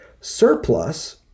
Surplus